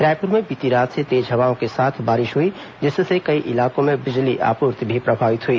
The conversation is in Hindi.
रायपुर में बीती रात से तेज हवाओं के साथ बारिश हुई जिससे कई इलाकों में बिजली आपूर्ति भी प्रभावित हुई